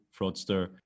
fraudster